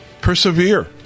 persevere